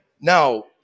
now